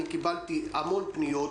אני קיבלתי המון פניות.